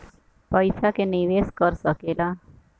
पइसा के निवेस कर सकेला